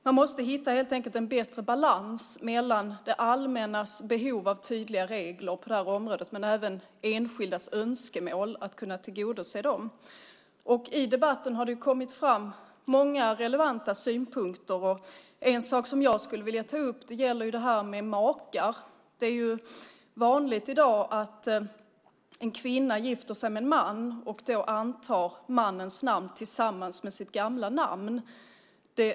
Man måste hitta en bättre balans mellan det allmännas behov av tydliga regler på det här området och enskildas önskemål och möjlighet att tillgodose dem. I debatten har det kommit fram många relevanta synpunkter. En sak som jag skulle vilja ta upp gäller makar. Det är vanligt i dag att en kvinna gifter sig med en man och då antar mannens namn tillsammans med sitt gamla namn.